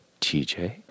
TJ